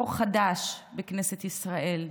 אור חדש בכנסת ישראל.